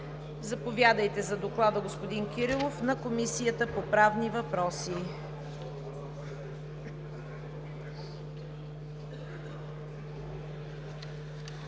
Заповядайте за доклада, господин Кирилов, на Комисията по правни въпроси.